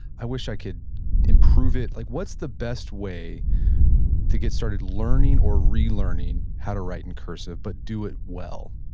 i wish i could improve it. like what's the best way to get started learning or relearning how to write in cursive but do it well?